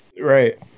right